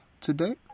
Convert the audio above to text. today